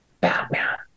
Batman